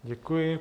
Děkuji.